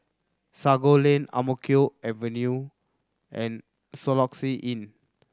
Sago Lane Ang Mo Kio Avenue and Soluxe Inn